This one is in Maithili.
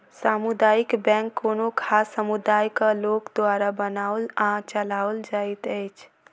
सामुदायिक बैंक कोनो खास समुदायक लोक द्वारा बनाओल आ चलाओल जाइत अछि